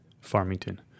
Farmington